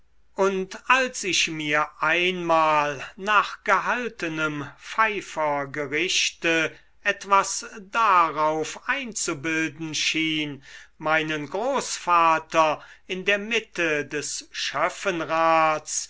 und als ich mir einmal nach gehaltenem pfeifergerichte etwas darauf einzubilden schien meinen großvater in der mitte des